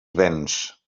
vents